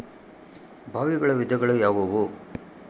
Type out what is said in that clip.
ಬಾವಿಗಳ ವಿಧಗಳು ಯಾವುವು?